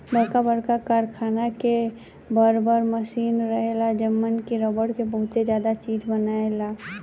बरका बरका कारखाना में बर बर मशीन रहेला जवन की रबड़ से बहुते ज्यादे चीज बनायेला